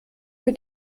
für